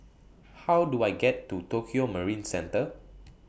How Do I get to Tokio Marine Centre